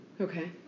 Okay